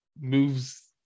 moves